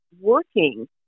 working